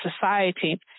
society